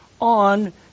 on